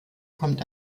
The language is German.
kommt